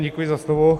Děkuji za slovo.